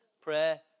Prayer